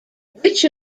which